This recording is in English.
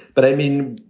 but i mean,